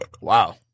Wow